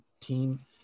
team